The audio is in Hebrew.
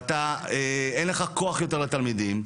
ואתה אין לך כוח יותר לתלמידים,